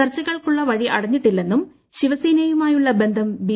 ചർച്ചകൾക്കുള്ള വഴികൾ അടഞ്ഞിട്ടില്ലെന്നും ശിവസേനയുമായുള്ള ബന്ധം ബി